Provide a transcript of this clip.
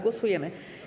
Głosujemy.